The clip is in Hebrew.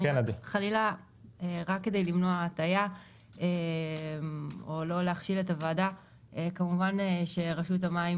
חלילה למנוע הטעיה או לא להכשיל את הוועדה כמובן שרשות המים